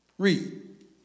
Read